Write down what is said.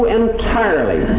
entirely